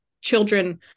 children